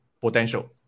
potential